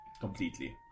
Completely